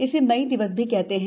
इसे मई दिवस भी कहते हैं